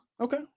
Okay